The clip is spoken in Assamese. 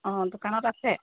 অঁ দোকানত আছে